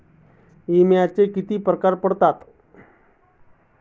विम्याचे किती प्रकार पडतात?